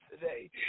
today